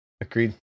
Agreed